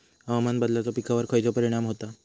हवामान बदलाचो पिकावर खयचो परिणाम होता?